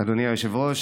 אדוני היושב-ראש,